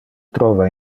trova